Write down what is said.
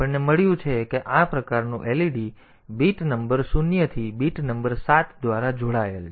તેથી આપણને મળ્યું છે કે આ પ્રકારનું led બીટ નંબર શૂન્યથી બીટ નંબર સાત દ્વારા જોડાયેલ છે